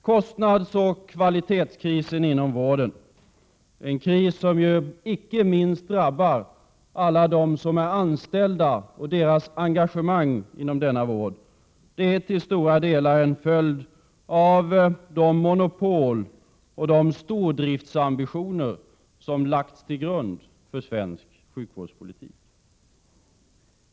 Kostnadsoch kvalitetskrisen inom vården är en kris som ju icke minst drabbar alla dem som är anställda och arbetar engagerat inom vården. Krisen är till stora delar en följd av de monopol och de stordriftsambitioner som lagts till grund för svensk sjukvårdspolitik.